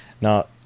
Now